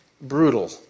brutal